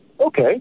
Okay